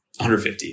150